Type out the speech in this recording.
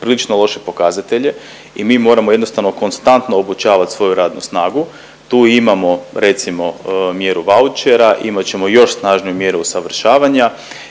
loše pokazatelje i mi moramo jednostavno konstantno obučavat svoju radnu snagu. Tu imamo recimo mjeru vaučera i imat ćemo još snažniju mjeru usavršavanja